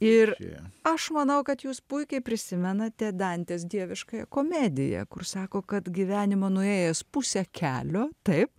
ir aš manau kad jūs puikiai prisimenate dantės dieviškąją komediją kur sako kad gyvenimą nuėjęs pusę kelio taip